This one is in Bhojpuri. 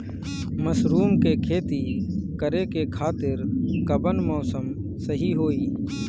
मशरूम के खेती करेके खातिर कवन मौसम सही होई?